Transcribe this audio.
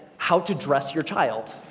how to dress your child.